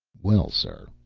well, sir,